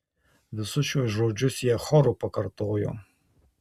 visus šiuos žodžius jie choru pakartojo